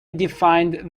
defined